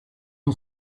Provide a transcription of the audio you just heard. you